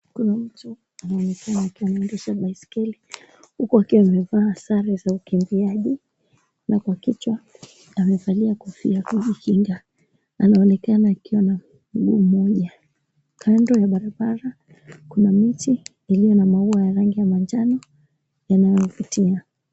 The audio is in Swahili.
Kuna mtu anaonekana akiendesha baiskeli huko akiwa amevaa sare za ukimbiaji na kwa kichwa amevalia kofia kumkinga. Anaonekana akiwa na mguu mmoja. Kando ya barabara kuna miti iliyo na maua ya rangi ya manjano yanayovutia.